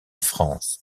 france